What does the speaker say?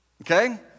okay